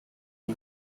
but